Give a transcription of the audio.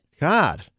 god